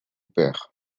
père